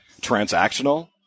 transactional